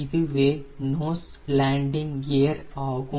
இதுவே nose landing கியர்ஆகும்